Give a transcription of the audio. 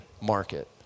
market